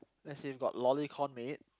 let's see got Lollicon Maid